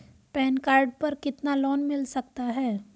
Pan card पर कितना loan मिल सकता है?